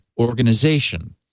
organization